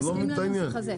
הוא הסכים לנוסח הזה.